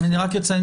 אני רק אציין,